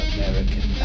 American